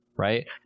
Right